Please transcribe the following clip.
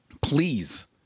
Please